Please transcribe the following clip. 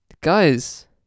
guys